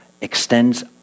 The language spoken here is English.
extends